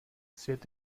svět